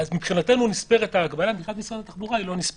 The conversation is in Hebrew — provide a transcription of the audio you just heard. אז מבחינתנו נספרת ההגבלה ומבחינת משרד התחבורה היא לא נספרת.